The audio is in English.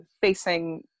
facing